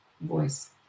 voice